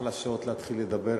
אחלה שעות להתחיל לדבר.